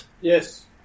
Yes